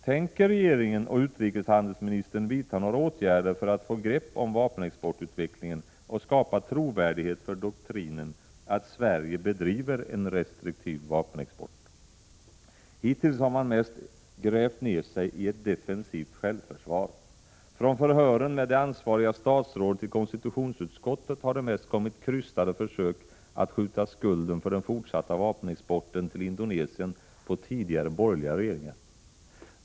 Tänker regeringen och utrikeshandelsministern vidta några åtgärder för att få grepp om vapenexportut vecklingen och skapa trovärdighet för doktrinen att Sverige bedriver en restriktiv vapenexport? Hittills har man mest grävt ned sig i ett defensivt självförsvar. Vid förhören med det ansvariga statsrådet i konstitutionsutskottet förefaller han mest ha gjort krystade försök att skjuta skulden för den fortsatta vapenexporten till Indonesien på tidigare borgerliga regeringar.